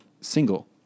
single